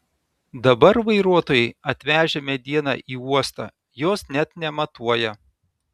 dabar vairuotojai atvežę medieną į uostą jos net nematuoja